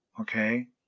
okay